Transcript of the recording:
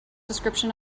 description